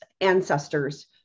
ancestors